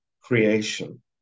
creation